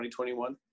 2021